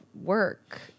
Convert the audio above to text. work